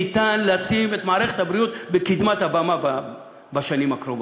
ניתן להציב את מערכת הבריאות בקדמת הבמה בשנים הקרובות.